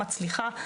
מצליחה,